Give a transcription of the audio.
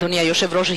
אדוני היושב-ראש,